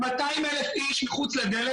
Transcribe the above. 200,000 אנשים מחוץ לדלת.